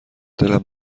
دلم